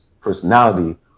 personality